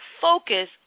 focus